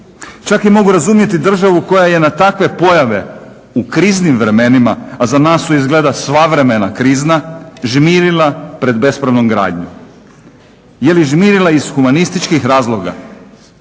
Čak i mogu razumjeti državu koja je na takve pojave u kriznim vremenima, a za nas su izgleda sva vremena krizna, žmirila pred bespravnom gradnjom. Jeli žmirila iz humanističkih razloga?